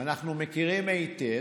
אנחנו מכירים היטב.